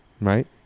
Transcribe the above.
Right